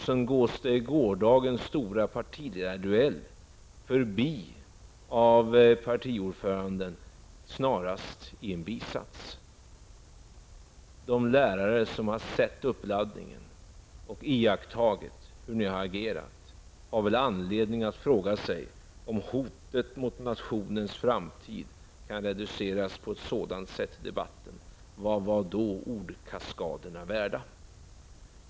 Men i gårdagens stora partiledarduell gick moderaternas partiordförande förbi detta i vad som snarast kan betecknas som en bisats. De lärare som har sett uppladdningen och som har iakttagit hur ni har agerat har nog anledning att ställa frågan: Om hotet mot nationens framtid kan reduceras på ett sådant sätt i debatten, vad var då ordkaskaderna värda?